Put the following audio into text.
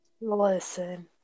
Listen